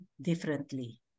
differently